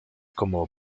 como